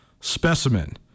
specimen